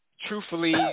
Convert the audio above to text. truthfully